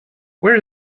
where